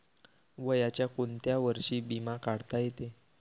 वयाच्या कोंत्या वर्षी बिमा काढता येते?